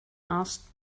asked